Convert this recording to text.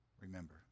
remember